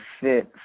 fit